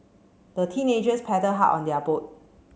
the teenagers paddled hard on their boat